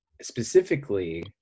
specifically